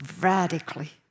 radically